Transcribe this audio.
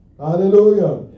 Hallelujah